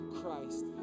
Christ